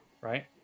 right